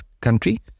country